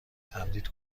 تمدید